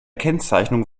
kennzeichnung